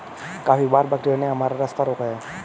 काफी बार बकरियों ने हमारा रास्ता रोका है